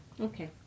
Okay